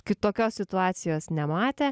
kitokios situacijos nematė